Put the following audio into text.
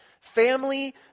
Family